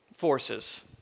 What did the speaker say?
forces